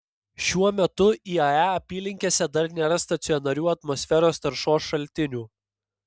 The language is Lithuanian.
šiuo metu iae apylinkėse dar nėra stacionarių atmosferos taršos šaltinių